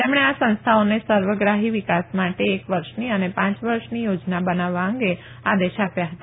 તેમણે આ સંસ્થાઓને સર્વગ્રાફી વિકાસ માટે એક વર્ષની અને પાંચ વર્ષની યોજના બનાવવા અંગે આદેશ આપ્યા હતા